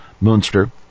Munster